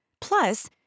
Plus